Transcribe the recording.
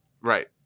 right